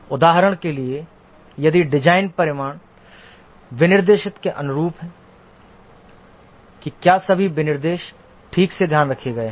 उदाहरण के लिए यदि डिज़ाइन परिणाम विनिर्देश के अनुरूप हैं कि क्या सभी विनिर्देश ठीक से ध्यान रखे गए हैं